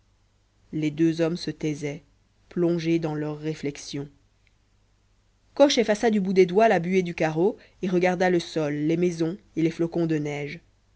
les deux hommes se taisaient plongés dans leurs réflexions coche effaça du bout des doigts la buée du carreau et regarda le sol les maisons et les flocons de neige